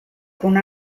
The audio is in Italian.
con